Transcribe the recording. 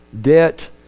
Debt